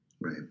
Right